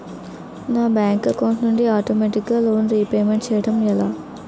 నా bank account నుండి ఆటోమేటిగ్గా లోన్ రీపేమెంట్ చేయడం ఎలా?